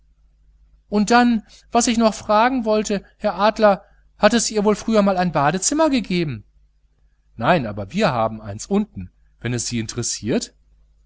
und dann was ich noch fragen wollte herr adler hat es hier wohl früher ein badezimmer gegeben nein aber wir haben eins unten wenn es sie interessiert